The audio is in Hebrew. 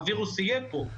הווירוס יהיה פה.